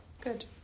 Good